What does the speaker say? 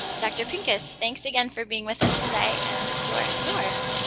dr. pincus, thanks again for being with us today, and the floor is yours.